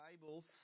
Bibles